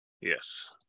Yes